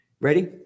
Ready